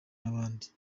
n’abandi